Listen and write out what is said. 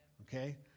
okay